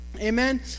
Amen